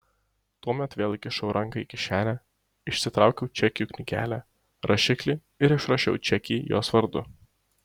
tuomet vėl įkišau ranką į kišenę išsitraukiau čekių knygelę rašiklį ir išrašiau čekį jos vardu